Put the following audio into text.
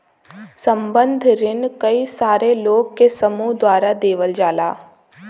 संबंद्ध रिन कई सारे लोग के समूह द्वारा देवल जाला